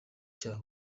cya